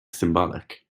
symbolic